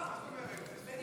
מה זאת אומרת?